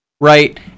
right